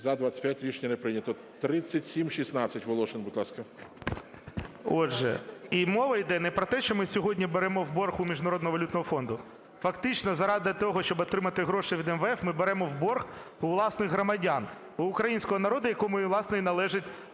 За-25 Рішення не прийнято. 3716. Волошин, будь ласка. 22:31:16 ВОЛОШИН О.А. Отже, мова йде не про те, що ми сьогодні беремо в борг у Міжнародного валютного фонду. Фактично заради того, щоб отримати гроші від МВФ, ми беремо в борг у власних громадян, в українського народу, якому, власне, і належить